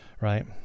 right